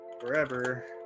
forever